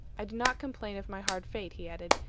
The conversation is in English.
i do not complain of my hard fate, he added,